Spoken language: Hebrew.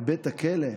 מבית הכלא,